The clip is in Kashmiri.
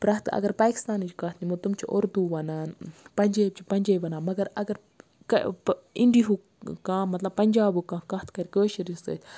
پرٛٮ۪تھ اَگَر پاکِستانٕچ کتھ نِمو تِم چھِ اردوٗ وَنان پَنجٲبۍ چھِ پَنجٲبۍ وَنان مگر اگر اِنڈیُہُک کانٛہہ مَطلَب پَنجابُک کانٛہہ کَتھ کَرِ کٲشرِس سۭتۍ